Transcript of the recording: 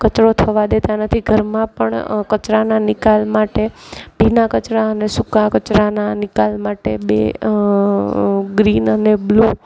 કચરો થવા દેતા નથી ઘરમાં પણ કચરાના નિકાલ માટે ભીના કચરા અને સૂકા કચરાના નિકાલ માટે બે ગ્રીન અને બ્લૂ